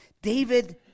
David